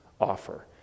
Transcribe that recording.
offer